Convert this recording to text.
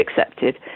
accepted